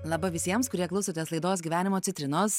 laba visiems kurie klausotės laidos gyvenimo citrinos